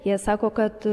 jie sako kad